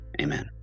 amen